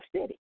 city